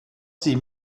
sie